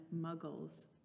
muggles